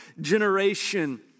generation